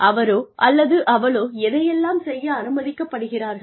அவரோ அல்லது அவளோ எதை எல்லாம் செய்ய அனுமதிக்கப்படுகிறார்கள்